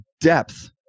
depth